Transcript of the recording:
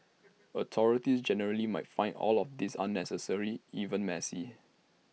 authorities generally might find all of this unnecessary even messy